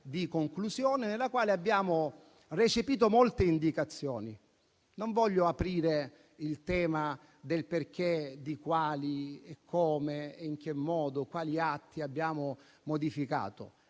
di conclusione, nella quale abbiamo recepito molte indicazioni. Non voglio aprire il tema del perché, del come e di quali atti abbiamo modificato;